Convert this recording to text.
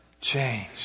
change